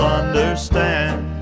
understand